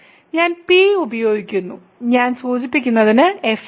ഞാൻ P ഉപയോഗിക്കുന്നു ഞാൻ സൂചിപ്പിക്കുന്നത് f